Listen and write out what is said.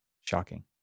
shocking